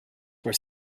were